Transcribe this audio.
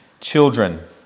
Children